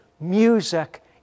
music